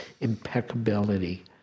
impeccability